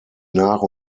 nach